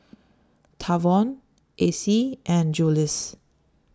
Tavon Acie and Jules